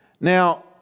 Now